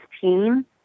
team